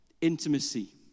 intimacy